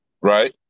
right